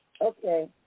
Okay